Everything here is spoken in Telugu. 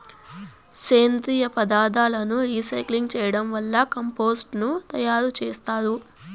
సేంద్రీయ పదార్థాలను రీసైక్లింగ్ చేయడం వల్ల కంపోస్టు ను తయారు చేత్తారు